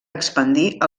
expandir